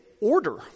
order